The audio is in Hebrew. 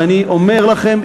ואני אומר לכם,